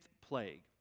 plague